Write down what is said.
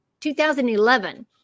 2011